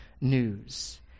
news